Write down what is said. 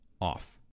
off